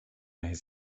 his